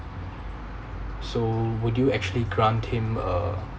so would you actually grant him uh